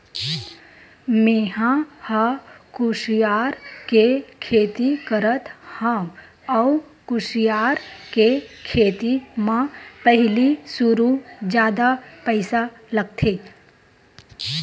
मेंहा ह कुसियार के खेती करत हँव अउ कुसियार के खेती म पहिली सुरु जादा पइसा लगथे